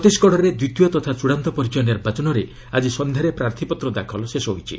ଛତିଶଗଡ଼ରେ ଦ୍ୱିତୀୟ ତଥା ଚୂଡ଼ାନ୍ତ ପର୍ଯ୍ୟାୟ ନିର୍ବାଚନରେ ଆକି ସନ୍ଧ୍ୟାରେ ପ୍ରାର୍ଥୀପତ୍ର ଦାଖଲ ଶେଷ ହୋଇଛି